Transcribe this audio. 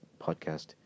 podcast